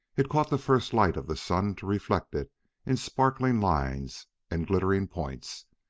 it caught the first light of the sun to reflect it in sparkling lines and glittering points,